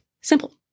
simple